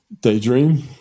daydream